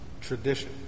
tradition